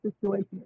situation